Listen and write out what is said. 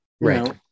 Right